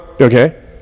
okay